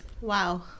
Wow